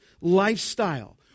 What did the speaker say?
lifestyle